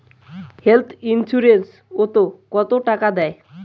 Health insurance ওত কত টাকা দেয়?